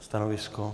Stanovisko?